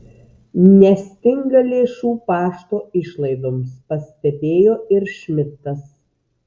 nestinga lėšų pašto išlaidoms pastebėjo ir šmidtas